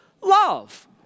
love